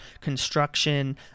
construction